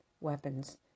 weapons